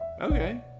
Okay